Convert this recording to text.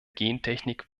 gentechnik